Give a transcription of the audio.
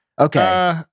Okay